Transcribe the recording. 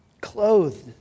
clothed